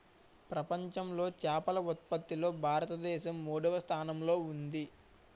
ప్రపంచంలో చేపల ఉత్పత్తిలో భారతదేశం మూడవ స్థానంలో ఉంది